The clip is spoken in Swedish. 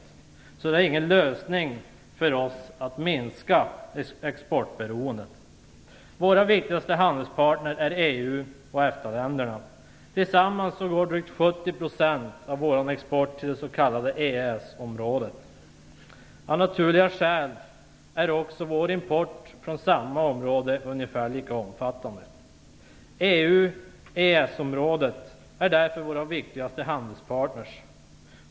Det är alltså ingen lösning för oss att minska exportberoendet. Våra viktigaste handelspartner är EU och EFTA länderna. Tillsammans går drygt 70 % av vår export till det s.k. EES-området. Av naturliga skäl är också vår import från samma område ungefär lika omfattande. EU/EES-området är därför vår viktigaste handelspartner.